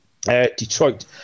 Detroit